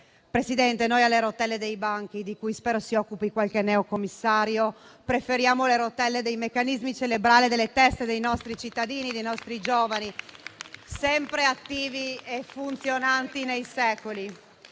Presidente, noi alle rotelle dei banchi, di cui spero si occupi qualche neocommissario, preferiamo le rotelle dei meccanismi cerebrali delle teste dei nostri cittadini, dei nostri giovani sempre attivi e funzionanti nei secoli.